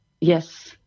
yes